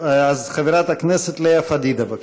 מוותר, אז חברת הכנסת לאה פדידה, בבקשה.